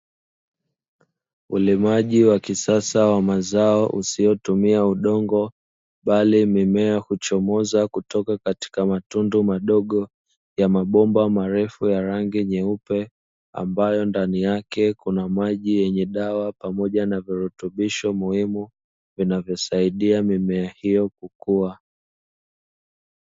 Ulimaji wa kisasa wa mazao usiotumia udongo bali mimea huchomoza kutoka katika matundu madogo ya mabomba marefu ya rangi nyeupe, ambayo ndani yake kuna maji yenye dawa pamoja na virutubisho muhimu vinavyosaidia mimea hiyo kukua.